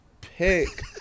pick